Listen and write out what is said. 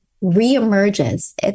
re-emerges